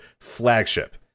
FLAGSHIP